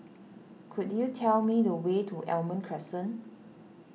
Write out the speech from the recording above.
could you tell me the way to Almond Crescent